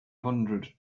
hundred